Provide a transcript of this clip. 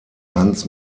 hans